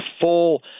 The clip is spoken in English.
full